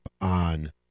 on